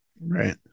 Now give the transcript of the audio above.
Right